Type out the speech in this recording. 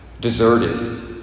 deserted